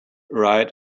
right